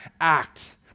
act